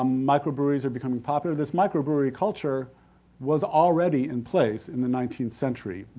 um microbreweries are becoming popular. this microbrewery culture was already in place in the nineteenth century,